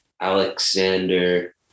Alexander